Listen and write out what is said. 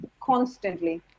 constantly